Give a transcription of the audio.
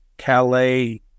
Calais